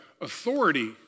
authority